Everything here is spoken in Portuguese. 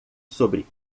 sobre